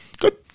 Good